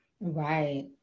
Right